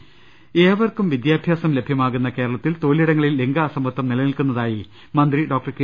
ദർവ്വെടെ ഏവർക്കും വിദ്യാഭ്യാസം ലഭ്യമാകുന്ന കേരളത്തിൽ തൊഴിലിടങ്ങളിൽ ലിംഗ അസമത്വം നിലനിൽക്കുന്നതായി മന്ത്രി ഡോക്ടർ കെ